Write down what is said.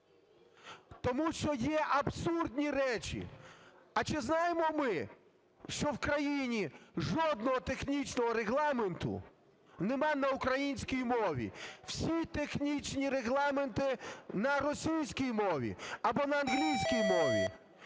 Тому що є абсурдні речі. А чи знаємо ми, що в країні жодного технічного регламенту немає на українській мові. Всі технічні регламенти на російській мові або на англійській мові.